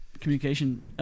communication